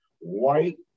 white